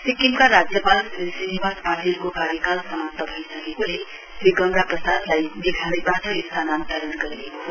सिक्किमका राज्यपाल श्री श्रीनिवास पाटिलको कार्यकाल समाप्त भइसकेकोले श्री गंगाप्रसादलाई मेघालयबाट स्थानान्तरण गरिएको हो